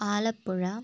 Alappuzha